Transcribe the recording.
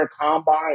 combine